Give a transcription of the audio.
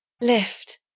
Lift